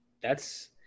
That's-